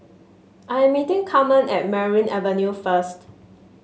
I am meeting Carmen at Merryn Avenue first